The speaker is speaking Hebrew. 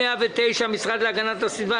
המשרד להגנת הסביבה.